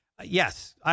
Yes